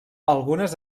algunes